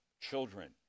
children